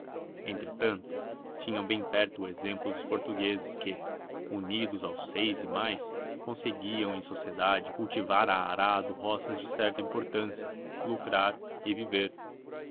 entretanto tinham bem perto o exemplo dos portugueses que unidos aos seis e mais conseguiam em sociedade cultivar a arado roças de certa importância lucrar e viver